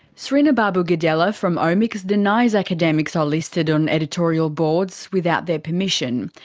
srinubabu gedela from omics denies academics are listed on editorial boards without their permission.